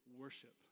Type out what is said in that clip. worship